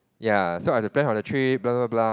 ya so I've to plan for the trip blah blah blah